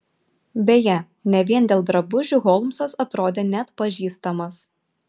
beje ne vien dėl drabužių holmsas atrodė neatpažįstamas